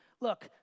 Look